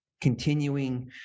continuing